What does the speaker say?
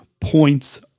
points